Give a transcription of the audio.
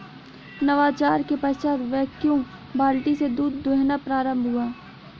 नवाचार के पश्चात वैक्यूम बाल्टी से दूध दुहना प्रारंभ हुआ